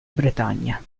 bretagna